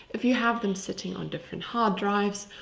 if you have them sitting on different hard drives.